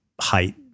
height